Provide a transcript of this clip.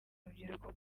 urubyiruko